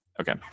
okay